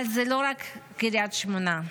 אבל זו לא רק קריית שמונה.